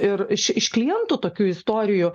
ir iš klientų tokių istorijų